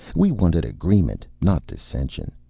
we wanted agreement, not dissension.